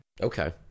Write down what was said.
Okay